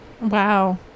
Wow